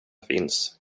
finns